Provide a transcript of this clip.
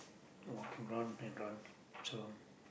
walking round and round so